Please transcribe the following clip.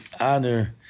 honor